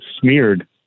smeared